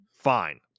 fine